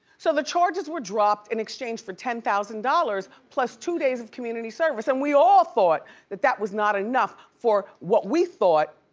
so the charges were dropped in exchange for ten thousand dollars, plus two days of community service, and we all thought that that was not enough for what we thought,